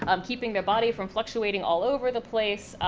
um keeping their body from fluctuating all over the place.